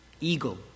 eagle